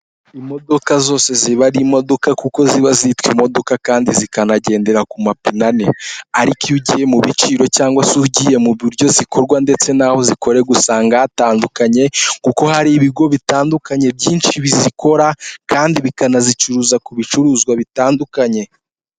Imodoka zose ziba ari imodoka kuko ziba zitwa imodoka kandi zikanagendera ku mapine ane, ariko iyo ugiye mu biciro cyangwa se ugiye mu buryo zikorwa ndetse n'aho zikorerwa usanga hatandukanye, kuko hari ibigo bitandukanye byinshi bizikora kandi bikanazicuruza ku bicuruzwa bitandukanye.